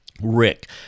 Rick